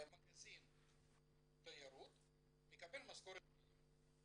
ומגזין תיירות, מקבל משכורת מינימום.